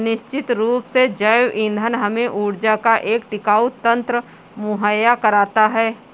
निश्चित रूप से जैव ईंधन हमें ऊर्जा का एक टिकाऊ तंत्र मुहैया कराता है